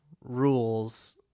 rules